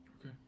Okay